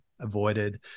avoided